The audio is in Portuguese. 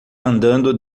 andando